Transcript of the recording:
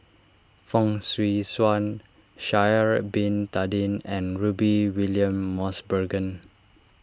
Fong Swee Suan Shaari Bin Tadin and Rudy William Mosbergen